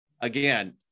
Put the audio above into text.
again